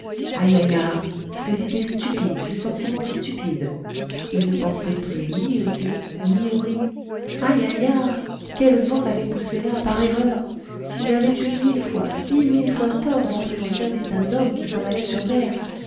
ai ai ya ses idées stupides ses sentiments stupides il ne pensait plus ni au thé ni au riz ai ai ya quel vent l'avait poussé là par erreur il avait eu mille fois dix mille fois tort d'entrer au service d'un homme qui s'en allait sur mer